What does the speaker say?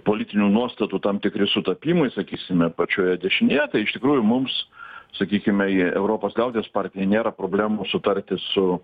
politinių nuostatų tam tikri sutapimai sakysime pačioje dešinėje tai iš tikrųjų mums sakykime į europos liaudies partija nėra problemų sutarti su